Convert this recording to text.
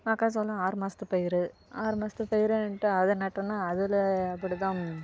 மக்கா சோளம் ஆறு மாதத்து பயிர் ஆறுமாதத்து பயிருன்ட்டு அதை நட்டோனா அதில் அப்படி தான்